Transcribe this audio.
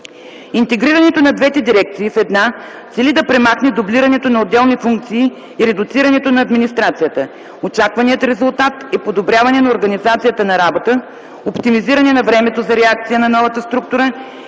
Интегрирането на двете дирекции в една цели да премахне дублирането на отделни функции и редуцирането на администрацията. Очакваният резултат е подобряване на организацията на работа, оптимизиране на времето за реакция на новата структура